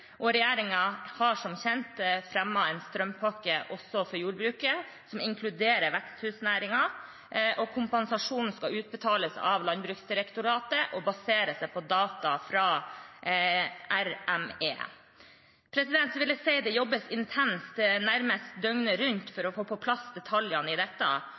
og regjeringen har som kjent fremmet en strømpakke også for jordbruket, som inkluderer veksthusnæringen. Kompensasjonen skal utbetales av Landbruksdirektoratet og baserer seg på data fra RME, Reguleringsmyndigheten for energi. Det jobbes intenst nærmest døgnet rundt for å få på plass detaljene i dette.